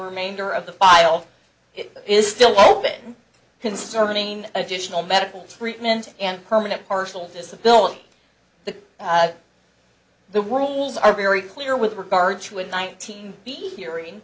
remainder of the file is still open concerning additional medical treatment and permanent partial disability the the rules are very clear with regard to a nineteen feet hearing